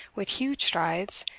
with huge strides,